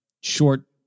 short